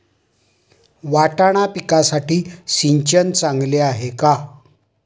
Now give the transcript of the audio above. वाटाणा पिकासाठी सिंचन चांगले आहे का?